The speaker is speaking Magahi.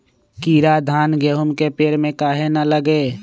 कीरा धान, गेहूं के पेड़ में काहे न लगे?